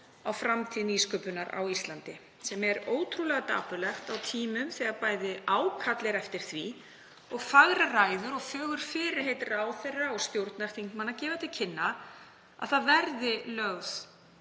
á framtíð nýsköpunar á Íslandi, sem er ótrúlega dapurlegt á tímum þegar bæði er ákall eftir því og fagrar ræður og fögur fyrirheit ráðherra og stjórnarþingmanna gefa til kynna að lögð verði